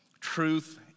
Truth